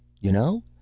you know?